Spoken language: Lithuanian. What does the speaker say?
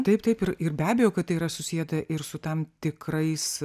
taip taip ir ir be abejo kad tai yra susieta ir su tam tikrais